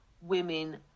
women